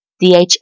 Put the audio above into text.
DHA